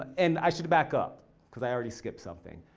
and i should back up cuz i already skipped something.